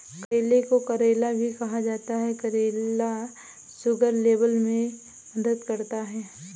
करेले को करेला भी कहा जाता है करेला शुगर लेवल में मदद करता है